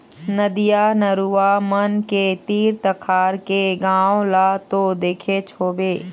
नदिया, नरूवा मन के तीर तखार के गाँव ल तो देखेच होबे